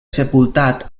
sepultat